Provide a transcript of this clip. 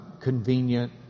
convenient